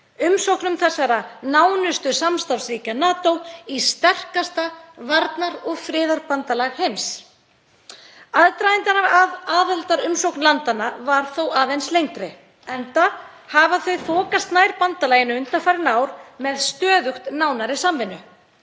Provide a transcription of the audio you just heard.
umsóknum þessara nánustu samstarfsríkja NATO í sterkasta varnar- og friðarbandalag heims. Aðdragandinn að aðildarumsókn landanna var þó aðeins lengri enda hafa þau þokast nær bandalaginu undanfarin ár með stöðugt nánari samvinnu.